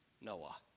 Noah